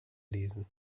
lesen